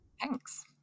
Thanks